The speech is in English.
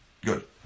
Good